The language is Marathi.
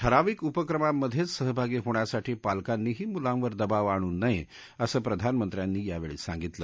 ठराविक उपक्रमांमधेच सहभागी होण्यासाठी पालकांनीही मुलांवर दबाव आणू नये असं प्रधानमंत्र्यांनी यावेळी सांगितलं